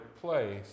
place